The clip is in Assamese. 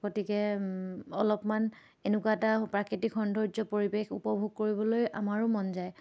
গতিকে অলপমান এনেকুৱা এটা প্ৰাকৃতিক সৌন্দৰ্য পৰিৱেশ উপভোগ কৰিবলৈ আমাৰো মন যায়